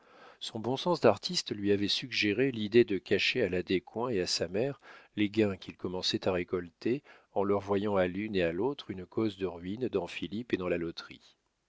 son bon sens d'artiste lui avait suggéré l'idée de cacher à la descoings et à sa mère les gains qu'il commençait à récolter en leur voyant à l'une et à l'autre une cause de ruine dans philippe et dans la loterie